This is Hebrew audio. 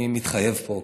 אני מתחייב פה,